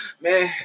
Man